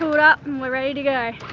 pulled up and we're ready to go.